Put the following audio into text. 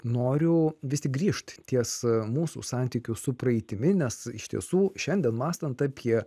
noriu vis tik grįžt ties mūsų santykiu su praeitimi nes iš tiesų šiandien mąstant apie